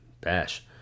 bash